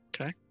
Okay